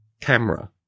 camera